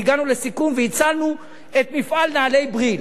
והגענו לסיכום והצלנו את מפעל הנעליים "בריל".